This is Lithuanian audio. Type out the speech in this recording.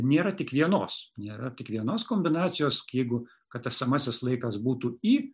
nėra tik vienos nėra tik vienos kombinacijos jeigu kad esamasis laikas būtų i